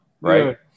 right